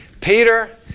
Peter